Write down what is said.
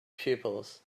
pupils